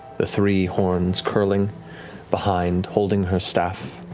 the three horns curling behind, holding her staff.